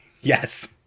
Yes